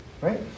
right